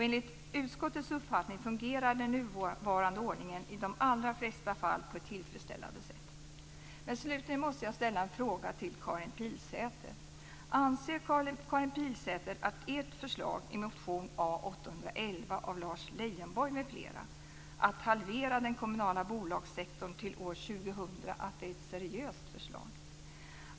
Enligt utskottets uppfattning fungerar den nuvarande ordningen i de allra flesta fall på ett tillfredsställande sätt. Slutligen måste jag ställa en fråga till Karin Pilsäter. Anser Karin Pilsäter att ert förslag i motion A811 av Lars Leijonborg m.fl. att halvera den kommunala bolagssektorn till år 2000 är ett seriöst förslag?